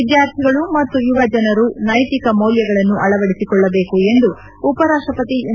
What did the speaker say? ವಿದ್ಯಾರ್ಥಿಗಳು ಮತ್ತು ಯುವ ಜನರು ನೈತಿಕ ಮೌಲ್ಯಗಳನ್ನು ಅಳವಡಿಸಿಕೊಳ್ಳಬೇಕು ಎಂದು ಉಪರಾಷ್ಷಪತಿ ಎಂ